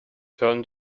turn